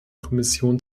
kommission